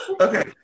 Okay